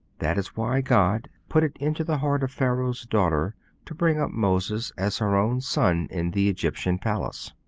that is why god put it into the heart of pharaoh's daughter to bring up moses as her own son in the egyptian palace.